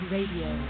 Radio